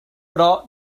però